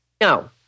No